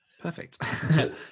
Perfect